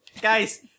Guys